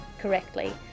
correctly